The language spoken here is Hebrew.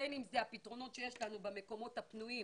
בין אם זה הפתרונות שיש לנו במקומות הפנויים